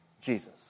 Jesus